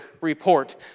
report